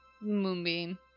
Moonbeam